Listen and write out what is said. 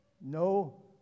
No